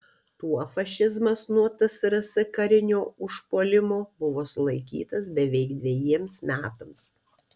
tuo fašizmas nuo tsrs karinio užpuolimo buvo sulaikytas beveik dvejiems metams